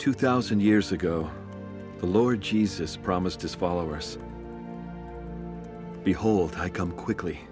two thousand years ago the lower jesus promised his followers behold i come quickly